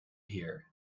here